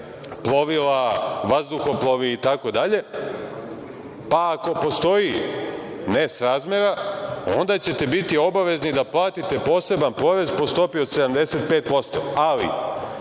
plovila, vazduhoplovi itd, pa ako postoji nesrazmera onda ćete biti obavezni da platite poseban porez po stopi od 75%.